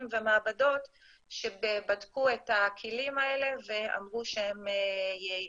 ומעבדות שבדקו את הכלים האלה ואמרו שהם יעילים.